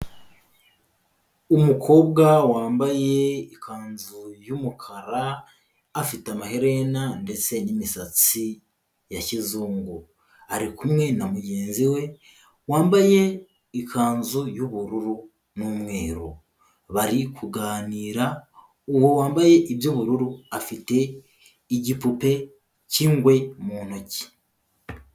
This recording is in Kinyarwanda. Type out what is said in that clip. Umukobwa wambaye ikanzu y'umukara afite amaherena ndetse n'imisatsi ya kizungu, ari kumwe na mugenzi we wambaye ikanzu y'ubururu n'umweru, bari kuganira uwo wambaye iby'ubururu afite igipupe cy'ingwe mu ntoki.